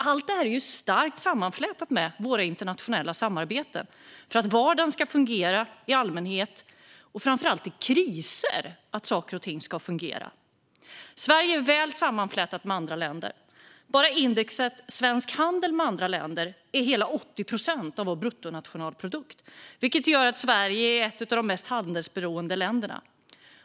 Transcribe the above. Allt det här är starkt sammanflätat med våra internationella samarbeten för att vardagen ska fungera i allmänhet, och framför allt i kriser. Då måste saker och ting fungera. Sverige är väl sammanflätat med andra länder. Bara indexet svensk handel med andra länder utgör hela 80 procent av vår bruttonationalprodukt, vilket gör Sverige till ett av de mest handelsberoende länderna.